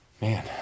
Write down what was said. Man